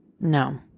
No